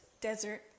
desert